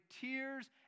tears